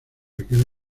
aquel